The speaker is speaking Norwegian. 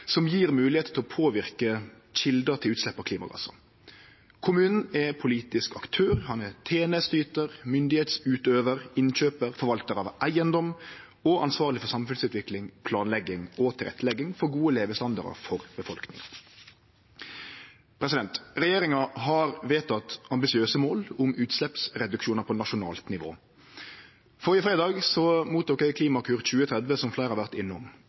som gjev moglegheit til å påverke kjelder til utslepp av klimagassar. Kommunen er politisk aktør, han er tenesteytar, myndigheitsutøvar, innkjøpar, forvaltar av eigedom og ansvarleg for samfunnsutvikling, planlegging og tilrettelegging for gode levestandardar for befolkninga. Regjeringa har vedteke ambisiøse mål om utsleppsreduksjonar på nasjonalt nivå. Førre fredag fekk eg Klimakur 2030, som fleire har vore innom.